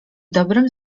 dobrem